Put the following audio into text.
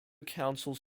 councils